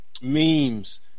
Memes